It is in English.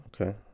Okay